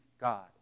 God